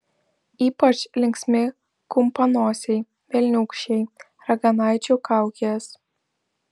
ypač linksmi kumpanosiai velniūkščiai raganaičių kaukės